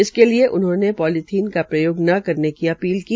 इसके लिए उन्होंने पोलीथीन का प्रयोग न करने की अपील की